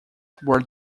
were